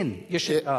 אין.